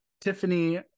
Tiffany